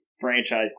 franchise